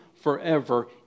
forever